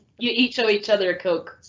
yeah each ah each other a coke.